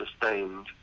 sustained